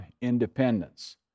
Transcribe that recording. Independence